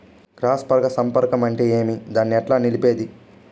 Cross పరాగ సంపర్కం అంటే ఏమి? దాన్ని ఎట్లా నిలిపేది?